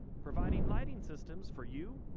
providing lighting systems for you,